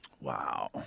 Wow